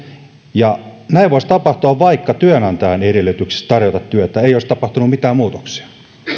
ja näin voisi tapahtua vaikka työnantajan edellytyksissä tarjota työtä ei olisi tapahtunut mitään muutoksia